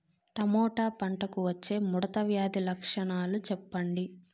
Tomato పంటకు వచ్చే ముడత వ్యాధి లక్షణాలు చెప్పండి?